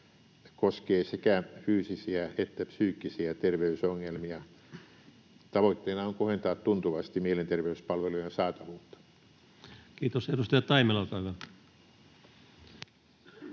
koskee sekä fyysisiä että psyykkisiä terveysongelmia. Tavoitteena on kohentaa tuntuvasti mielenterveyspalvelujen saatavuutta. Kiitos. — Edustaja Taimela, olkaa hyvä.